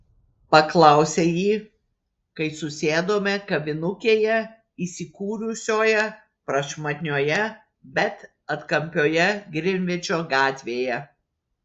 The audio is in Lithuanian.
paklausė ji kai susėdome kavinukėje įsikūrusioje prašmatnioje bet atkampioje grinvičo gatvėje